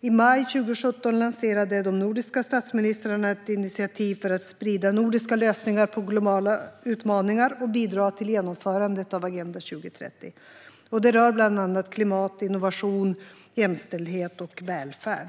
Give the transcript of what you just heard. I maj 2017 lanserade de nordiska statsministrarna ett initiativ för att sprida nordiska lösningar på globala utmaningar och bidra till genomförandet av Agenda 2030. Det rör bland annat klimat, innovation, jämställdhet och välfärd.